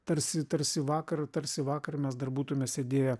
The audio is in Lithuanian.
tarsi tarsi vakar tarsi vakar mes dar būtume sėdėję